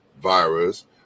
virus